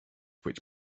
which